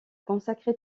consacré